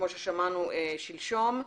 כמו ששמענו שלשום.